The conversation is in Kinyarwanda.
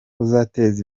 uzateza